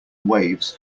waves